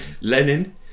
Lenin